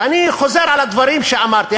ואני חוזר על הדברים שאמרתי,